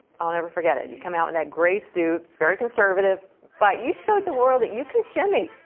um never forget it. you came out in that gray suit, very conservative, but you showed the world that you can shimmy!